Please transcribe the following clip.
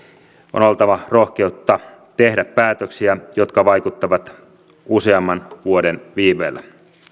on oltava rohkeutta tehdä päätöksiä jotka vaikuttavat useamman vuoden viiveellä